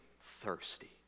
thirsty